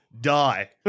Die